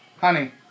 Honey